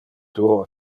duo